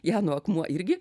jano akmuo irgi